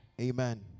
Amen